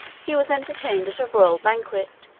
he was entertained at a royal banquet,